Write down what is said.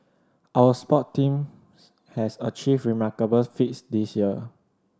our sport team has achieved remarkable feats this year